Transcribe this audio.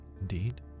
Indeed